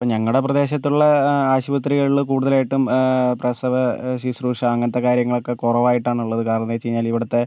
ഇപ്പം ഞങ്ങളുടെ പ്രദേശത്തുള്ള ആശുപത്രികളില് കൂടുതലായിട്ടും പ്രസവ ശുശ്രൂഷ അങ്ങനത്തെ കാര്യങ്ങള് ഒക്കെ കുറവായിട്ടാണ് ഉള്ളത് കാരണമെന്ന് വെച്ച് കഴിഞ്ഞാല് ഇവിടത്തെ